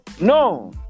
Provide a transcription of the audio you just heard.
No